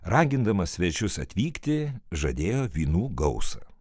ragindamas svečius atvykti žadėjo vynų gausą